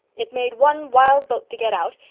it made one wild bolt to get out,